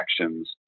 actions